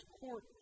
court